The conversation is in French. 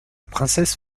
princesse